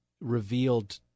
revealed